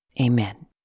Amen